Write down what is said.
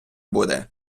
буде